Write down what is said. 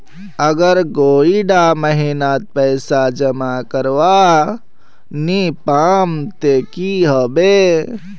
अगर कोई डा महीनात पैसा जमा करवा नी पाम ते की होबे?